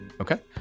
Okay